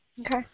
Okay